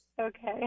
okay